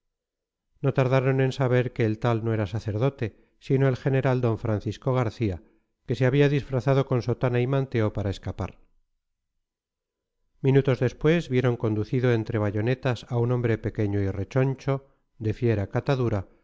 no tardaron en saber que el tal no era sacerdote sino el general d francisco garcía que se había disfrazado con sotana y manteo para escapar minutos después vieron conducido entre bayonetas a un hombre pequeño y rechoncho de fiera catadura